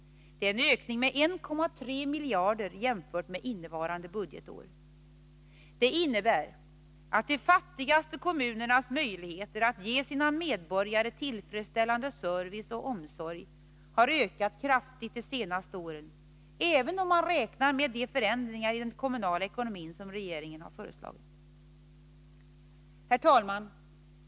Det är en ökning med 1,3 miljarder jämfört med innevarande budgetår. Det innebär att de fattigaste kommunernas möjligheter att ge sina medborgare tillfredsställande service och omsorg har ökat kraftigt de senaste åren, även om man räknar in de förändringar i den kommunala ekonomin som regeringen föreslagit. Herr talman!